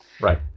Right